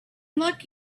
luck